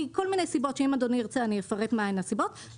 מכל מיני סיבות שאם אדוני ירצה אני אפרט מהן הסיבות,